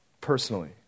personally